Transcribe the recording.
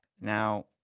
Now